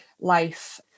life